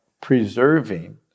preserving